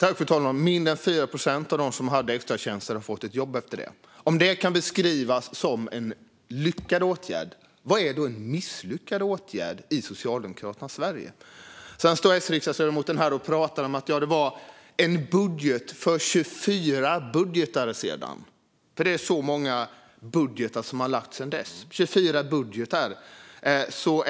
Fru talman! Mindre än 4 procent av dem som hade extratjänster har fått ett jobb efter det. Om detta kan beskrivas som en lyckad åtgärd, vad är då en misslyckad åtgärd i Socialdemokraternas Sverige? Sedan stod S-ledamoten här och pratade om en budget för 24 budgetar sedan. Det är så många budgetar som har lagts fram sedan dess.